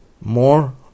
more